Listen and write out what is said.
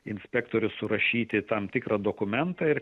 inspektorius surašyti tam tikrą dokumentą ir